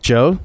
Joe